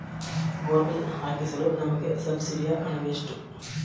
Borewell ಹಾಕಿಸಲು ನಮಗೆ ಸಬ್ಸಿಡಿಯ ಹಣವೆಷ್ಟು?